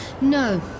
no